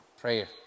prayer